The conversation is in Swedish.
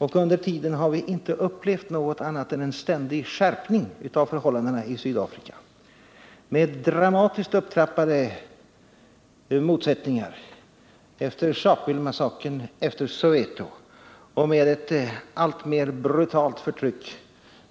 Men under senare tid har vi inte upplevt något annat än en ständig skärpning av förhållandena i Sydafrika med dramatiskt upptrappade motsättningar — efter Sharpville-massakern och Nr 165 efter Soweto — och med ett alltmer brutalt förtryck